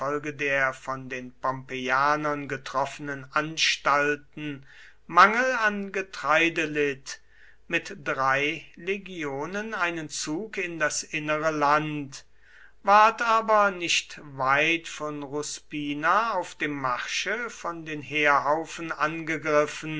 der von den pompeianern getroffenen anstalten mangel an getreide litt mit drei legionen einen zug in das innere land ward aber nicht weit von ruspina auf dem marsche von den heerhaufen angegriffen